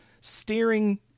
steering